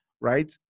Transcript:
right